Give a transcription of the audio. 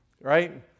right